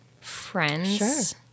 friends